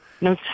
No